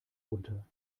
unter